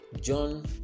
john